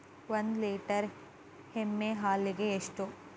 ಒಂದು ಲೇಟರ್ ಎಮ್ಮಿ ಹಾಲಿಗೆ ಎಷ್ಟು?